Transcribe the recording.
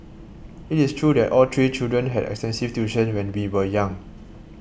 it is true that all three children had extensive tuition when we were young